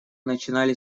начинали